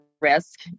risk